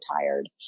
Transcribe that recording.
tired